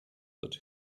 wird